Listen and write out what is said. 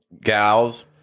gals